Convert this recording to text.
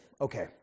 okay